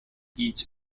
each